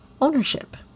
ownership